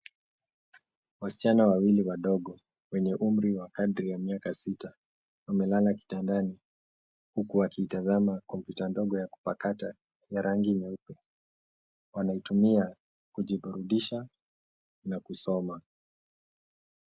Wasichana wawili wadogo, wenye umri wa kadri ya miaka sita, wamelala kitandani, huku wakiitazama kompyuta ndogo ya kupakata ya rangi nyeupe. Wanaitumia kujiburudisha na kusoma.